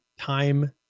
time